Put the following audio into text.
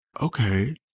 okay